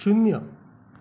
शून्य